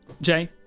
Jay